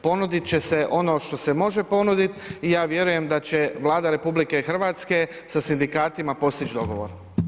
Ponudit će se ono što se može ponuditi i ja vjerujem da će Vlada RH sa sindikatima postići dogovor.